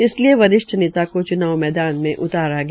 इसलिये वरिष्ठ नेता को चुनाव मप्रान मे उतारा गया